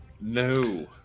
No